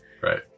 right